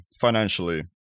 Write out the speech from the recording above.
financially